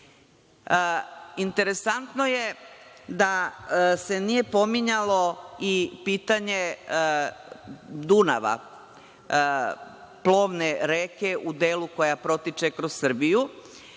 kažete. Interesantno je da se nije pominjalo i pitanje Dunava, plovne reke u delu koja protiče kroz Srbiju.